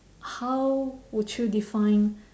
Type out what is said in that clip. how would you define